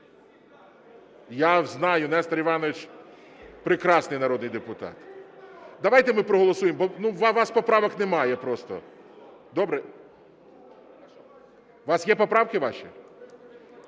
Я знаю, Нестор Іванович прекрасний народний депутат. Давайте ми проголосуємо, бо у вас поправок немає просто. Добре? У вас є поправки ваші?